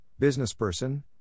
businessperson